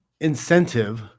incentive